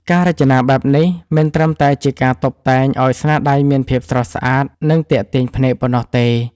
ការរចនាបែបនេះមិនត្រឹមតែជាការតុបតែងឲ្យស្នាដៃមានភាពស្រស់ស្អាត និងទាក់ទាញភ្នែកប៉ុណ្ណោះទេ